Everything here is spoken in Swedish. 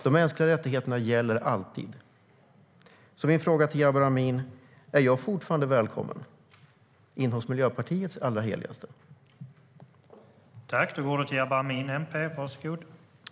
De mänskliga rättigheterna gäller alltid.